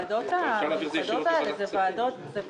הוועדות המיוחדות האלה זה ועדות